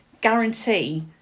guarantee